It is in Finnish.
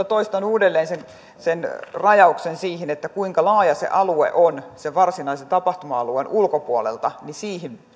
toistan uudelleen sen sen rajauksen tarpeen siinä kuinka laaja se alue on sen varsinaisen tapahtuma alueen ulkopuolelta siihen